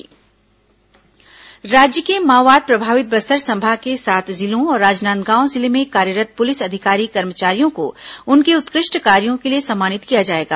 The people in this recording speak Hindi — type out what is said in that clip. शौर्य इंद्रधन्ष योजना राज्य के माओवाद प्रभावित बस्तर संभाग के सात जिलों और राजनांदगांव जिले में कार्यरत् पुलिस अधिकारी कर्मचारियों को उनके उत्कृष्ट कार्यो के लिए सम्मानित किया जाएगा